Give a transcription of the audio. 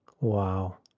Wow